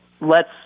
lets